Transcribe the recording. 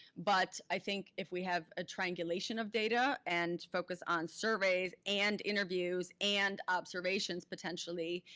but i think if we have a triangulation of data and focus on surveys and interviews and observations potentially,